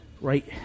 right